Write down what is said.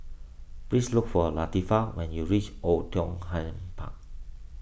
please look for Latifah when you reach Oei Tiong Ham Park